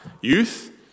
youth